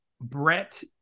Brett